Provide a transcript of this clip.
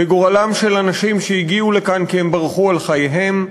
בגורלם של אנשים שהגיעו לכאן כי הם ברחו על חייהם,